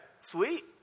sweet